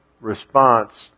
response